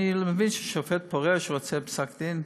אני מבין ששופט פורש רוצה פסק דין,